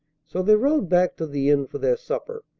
so they rode back to the inn for their supper,